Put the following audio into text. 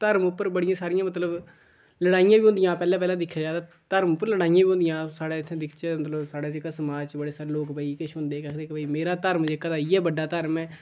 धर्म उप्पर बड़ियां सारियां मतलब लड़ाइयां बी होंदियां पैह्लें पैह्लें दिक्खेआ जा तां धर्म उप्पर लड़ाइयां बी होंदियां साढ़े इत्थें दिखचै मतलब साढ़े जेह्का समाज च बड़े सारे लोक भाई किश होंदे जेह्के आखदे मेरा धर्म जेह्का इ'यै बड्डा धर्म ऐ